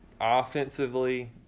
Offensively